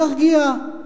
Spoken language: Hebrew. להרגיע,